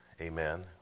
Amen